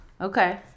Okay